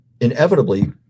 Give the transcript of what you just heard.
inevitably